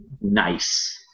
nice